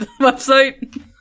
website